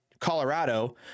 colorado